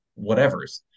whatevers